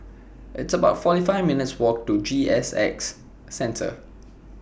It's about forty five minutes' Walk to G S X Centre